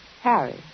Harry